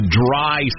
dry